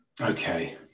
Okay